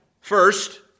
First